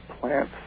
plants